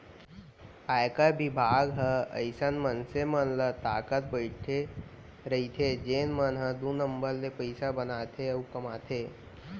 आयकर बिभाग ह अइसन मनसे मन ल ताकत बइठे रइथे जेन मन ह दू नंबर ले पइसा बनाथे अउ कमाथे